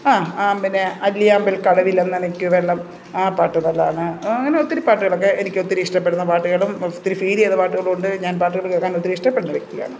ആ ആ പിന്നെ അല്ലിയാമ്പൽ കടവിലന്ന് അരയ്ക്കുവെള്ളം ആ പാട്ട് നല്ലതാണ് അങ്ങനെ ഒത്തിരി പാട്ടുകളൊക്കെ എനിക്ക് ഒത്തിരി ഇഷ്ടപ്പെടുന്ന പാട്ടുകളും ഒത്തിരി ഫീല് ചെയ്യുന്ന പാട്ടുകളുണ്ട് ഞാൻ പാട്ടുകൾ കേൾക്കാൻ ഒത്തിരി ഇഷ്ടപ്പെടുന്ന വ്യക്തിയാണ്